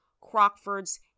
Crockford's